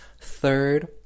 third